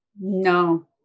No